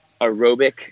aerobic